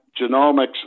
genomics